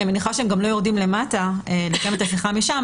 אני מניחה שהם גם לא יורדים למטה לקיים את השיחה משם.